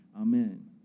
Amen